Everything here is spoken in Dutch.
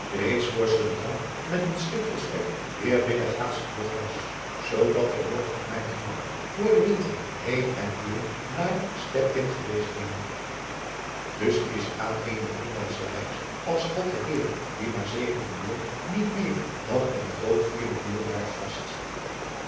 vr st jan met een schip vol spek weêr binnen gaats terug was zoodat ik nog op mijn gemak vr den winter heen en weêr naar stettin geweest ben dus is aan eene groenlandsche reis als god de heer die maar adriaan loosjes pzn het leven van johannes wouter blommesteyn zegenen wil niet meer dan een groot vierde deel jaars vast